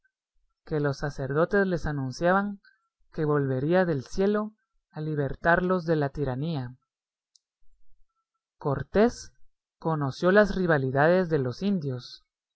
que los sacerdotes les anunciaban que volvería del cielo a libertarlos de la tiranía cortés conoció las rivalidades de los indios